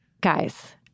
Guys